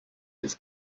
its